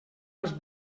els